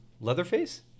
Leatherface